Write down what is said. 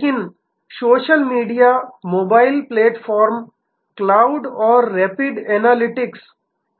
लेकिन social media mobile platform cloud और rapid analytics